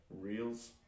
Reels